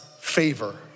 favor